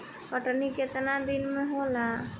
कटनी केतना दिन में होला?